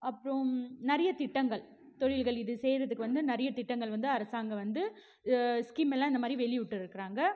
அப்புறம் நிறைய திட்டங்கள் தொழில்கள் இது செய்கிறதுக்கு வந்து நிறைய திட்டங்கள் வந்து அரசாங்கம் வந்து ஸ்கீம் எல்லாம் இந்த மாதிரி வெளியிட்டிருக்காங்க